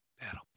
battle